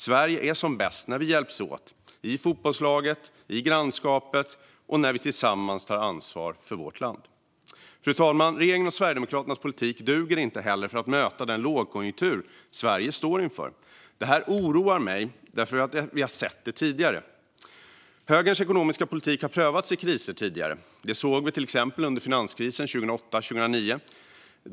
Sverige är som bäst när vi hjälps åt - i fotbollslaget eller i grannskapet - och när vi tillsammans tar ansvar för vårt land. Fru talman! Regeringens och Sverigedemokraternas politik duger inte heller för att möta den lågkonjunktur Sverige står inför. Detta oroar mig, för vi har sett det tidigare. Högerns ekonomiska politik har prövats i kriser tidigare; det såg vi till exempel under finanskrisen 2008-2009.